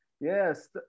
Yes